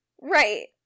Right